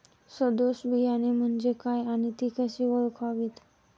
सदोष बियाणे म्हणजे काय आणि ती कशी ओळखावीत?